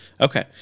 Okay